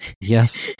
Yes